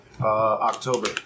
October